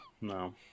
No